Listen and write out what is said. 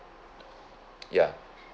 ya